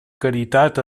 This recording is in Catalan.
caritat